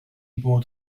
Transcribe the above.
bod